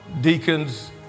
deacons